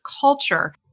culture